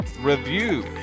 review